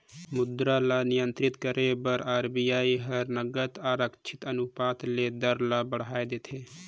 मुद्रा ल नियंत्रित करे बर आर.बी.आई हर नगद आरक्छित अनुपात ले दर ल बढ़ाए देथे